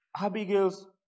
Abigail's